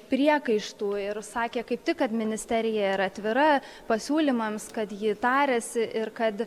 priekaištų ir sakė kaip tik kad ministerija yra atvira pasiūlymams kad ji tariasi ir kad